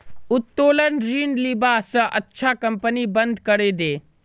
उत्तोलन ऋण लीबा स अच्छा कंपनी बंद करे दे